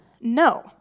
No